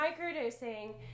Microdosing